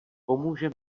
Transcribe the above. pomůže